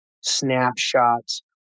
snapshots